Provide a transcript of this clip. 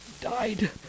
died